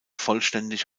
vollständig